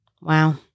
Wow